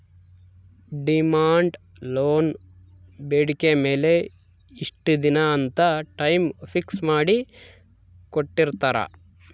demand loan ಬೇಡಿಕೆ ಮೇಲೆ ಇಷ್ಟ ದಿನ ಅಂತ ಟೈಮ್ ಫಿಕ್ಸ್ ಮಾಡಿ ಕೋಟ್ಟಿರ್ತಾರಾ